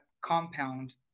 compound